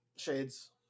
Shades